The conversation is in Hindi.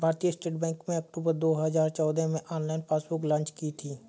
भारतीय स्टेट बैंक ने अक्टूबर दो हजार चौदह में ऑनलाइन पासबुक लॉन्च की थी